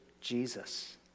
Jesus